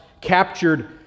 captured